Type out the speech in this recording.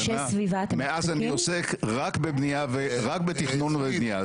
מאז אני עוסק רק בתכנון ובבנייה.